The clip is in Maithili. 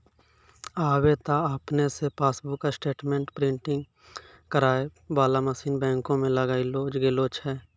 आबे त आपने से पासबुक स्टेटमेंट प्रिंटिंग करै बाला मशीन बैंको मे लगैलो गेलो छै